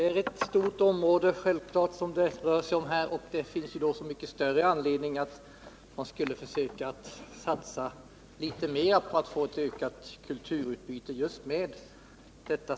Herr talman! Självfallet rör det sig här om ett rätt stort område, och det finns då så mycket större anledning att försöka satsa litet mer på en ökning av kulturutbytet.